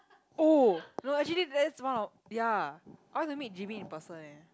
oh no actually that's one of ya I want to meet jae-min in person eh